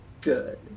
good